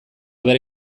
bera